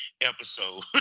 episode